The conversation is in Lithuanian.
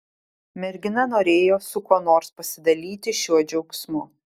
mergina norėjo su kuo nors pasidalyti šiuo džiaugsmu